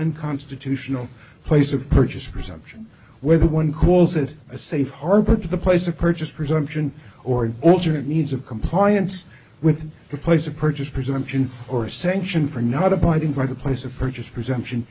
unconstitutional place of purchase resumption whether one calls it a safe harbor to the place of purchase presumption or an alternate needs of compliance with the place of purchase presumption or sanction for not abiding by the place of purchase presumption